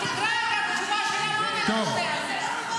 תקרא את התשובה של --- בנושא הזה.